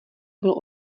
bylo